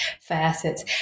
facets